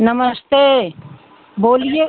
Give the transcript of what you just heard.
नमस्ते बोलिए